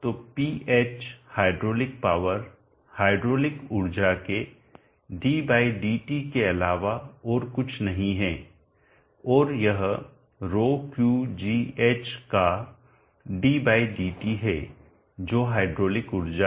तो Ph hydraulic power hydraulic ऊर्जा के d dt के अलावा और कुछ नहीं है और यह ρQgh का d dt है जो हाइड्रोलिक ऊर्जा है